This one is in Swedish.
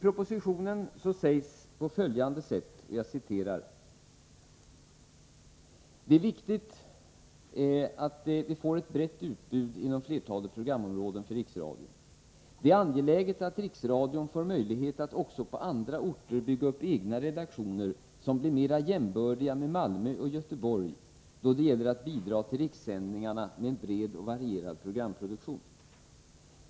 I propositionen sägs att det är viktigt att vi får ett brett utbud inom flertalet programområden för Riksradion. ”Det är angeläget att riksradion får möjlighet att också på andra orter bygga upp egna redaktioner som blir mera jämbördiga med Malmö och Göteborg då det gäller att bidra till rikssändningarna med en bred och varierad programproduktion.